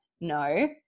no